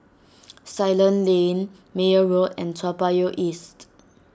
Ceylon Lane Meyer Road and Toa Payoh East